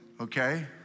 okay